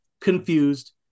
confused